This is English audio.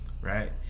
right